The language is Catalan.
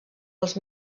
els